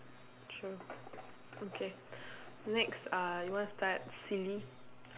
true okay next uh you want start silly